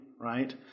Right